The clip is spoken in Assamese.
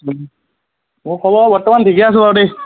মোৰ খবৰ বৰ্তমান ঠিকে আছোঁ বাৰু দেই